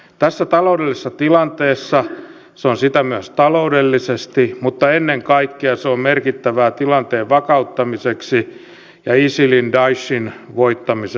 tässä taloudellisessa tilanteessa se on sitä myös taloudellisesti mutta ennen kaikkea se on merkittävää tilanteen vakauttamiseksi ja isilin daeshin voittamiseksi